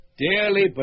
Dearly